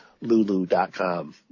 lulu.com